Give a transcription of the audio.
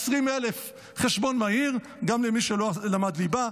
20,000. בחשבון מהיר גם למי שלא למד ליבה,